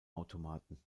automaten